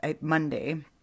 Monday